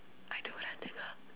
I don't